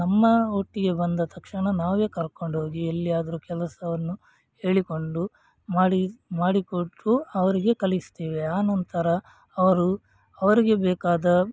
ನಮ್ಮ ಒಟ್ಟಿಗೆ ಬಂದ ತಕ್ಷಣ ನಾವೇ ಕರ್ಕೊಂಡೋಗಿ ಎಲ್ಲಿ ಆದ್ರು ಕೆಲಸವನ್ನು ಹೇಳಿಕೊಂಡು ಮಾಡಿ ಮಾಡಿಕೊಟ್ಟು ಅವರಿಗೆ ಕಲಿಸ್ತೇವೆ ಅನಂತರ ಅವರು ಅವರಿಗೆ ಬೇಕಾದ